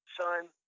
son